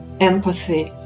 empathy